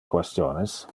questiones